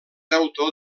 autor